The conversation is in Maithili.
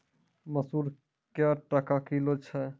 मसूर क्या टका किलो छ?